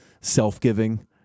self-giving